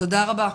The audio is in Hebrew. תודה רבה,